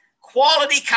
quality